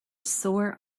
sore